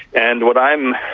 and what i'm,